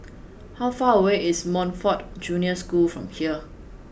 how far away is Montfort Junior School from here